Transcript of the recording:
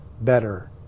better